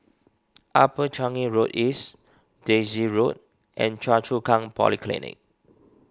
Upper Changi Road East Daisy Road and Choa Chu Kang Polyclinic